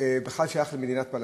ובכלל הוא שייך למדינת פלסטין.